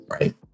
Right